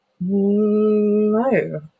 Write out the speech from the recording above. No